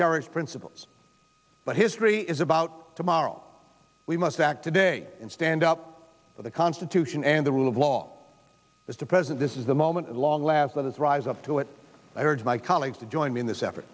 cherished principles but history is about tomorrow we must act today and stand up for the constitution and the rule of law is the present this is the moment at long last that is rise up to it i urge my colleagues to join me in this effort